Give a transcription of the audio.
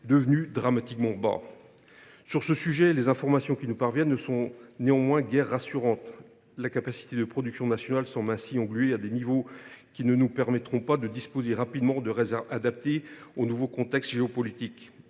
devenus dramatiquement bas ; mais, sur ce sujet, les informations qui nous parviennent ne sont guère rassurantes. La capacité de production nationale semble ainsi engluée à des niveaux qui ne nous permettront pas de disposer rapidement de réserves adaptées au nouveau contexte géopolitique